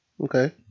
Okay